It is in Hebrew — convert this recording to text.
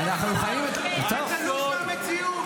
אולי לא --- זה תלוש מהמציאות,